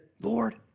Lord